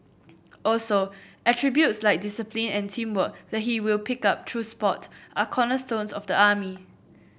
also attributes like discipline and teamwork that he will pick up through sport are cornerstones of the army